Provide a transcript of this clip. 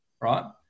right